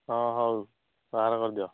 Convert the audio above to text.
ହଁ ହଉ ବାହାର କରିଦିଅ